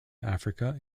africa